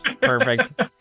Perfect